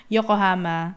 Yokohama